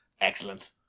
Excellent